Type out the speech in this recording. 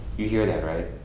you hear that, right?